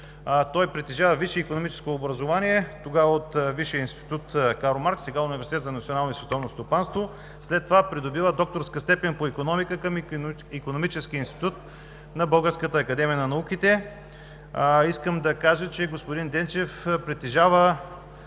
Той притежава висше икономическо образование, тогава от Висшия институт „Карл Маркс“, сега Университет за национално и световно стопанство. След това придобива докторска степен по икономика към Икономическия институт на Българската академия на науките. Искам да кажа, че господин Денчев притежава